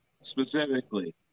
specifically